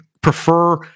prefer